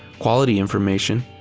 quality information,